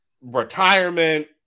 retirement